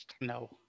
no